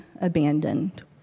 abandoned